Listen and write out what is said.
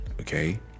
okay